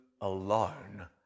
alone